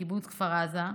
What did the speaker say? קיבוץ כפר עזה,